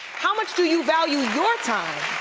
how much do you value your time?